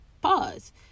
pause